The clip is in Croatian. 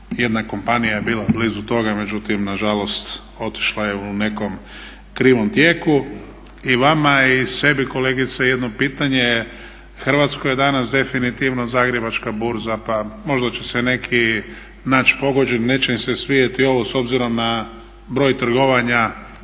Hrvatskoj je danas definitivno Zagrebačka burza pa možda će se neki naći pogođeni i neće im se svidjeti ovo s obzirom na broj trgovanja